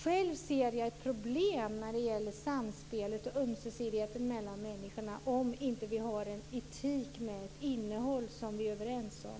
Själv ser jag ett problem när det gäller samspelet och ömsesidigheten mellan människorna om vi inte har en etik med ett innehåll som vi är överens om.